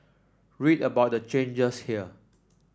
read about the changes here